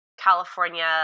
California